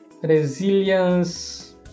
resilience